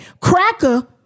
cracker